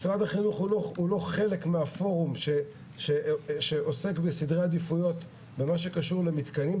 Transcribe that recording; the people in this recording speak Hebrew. משרד החינוך הוא לא חלק מהתחום שעוסק בסדרי עדיפויות במה שקשור למתקנים,